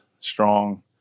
strong